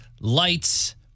lights